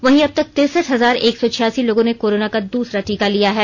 वहीं अब तक तिरसठ हजार एक सौ छियासी लोगों ने कोरोना का दूसरा टीका लिया है